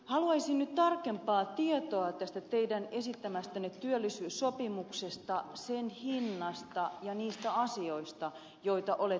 haluaisin nyt tarkempaa tietoa tästä teidän esittämästänne työllisyyssopimuksesta sen hinnasta ja niistä asioista joita olette esittäneet siihen